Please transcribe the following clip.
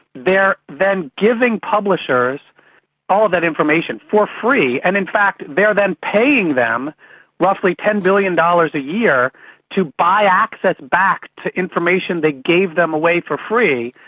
they're then giving publishers all of that information for free and in fact they are then paying them roughly ten billion dollars a year to buy access back to information they gave them away for free,